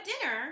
dinner